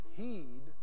heed